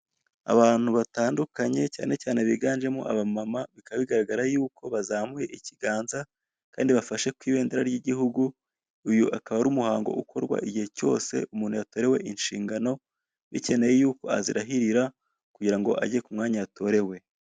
Abantu batandukanye cyane cyane biganjemo abamama bikaba bigaragara bazamuye ikiganza kandi bafashe ku ibendera ry'igihugu, uyu akaba ari umuhango ukorwa igihe cyose umuntu yatorewe inshingano bikeneye yuko azirahirira kugira ngo ajye ku mwanya yatorewe.